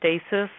stasis